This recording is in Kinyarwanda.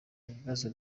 ibibazo